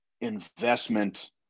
investment